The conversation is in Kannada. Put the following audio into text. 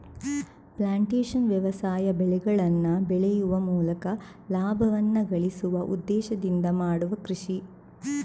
ಪ್ಲಾಂಟೇಶನ್ ವ್ಯವಸಾಯ ಬೆಳೆಗಳನ್ನ ಬೆಳೆಯುವ ಮೂಲಕ ಲಾಭವನ್ನ ಗಳಿಸುವ ಉದ್ದೇಶದಿಂದ ಮಾಡುವ ಕೃಷಿ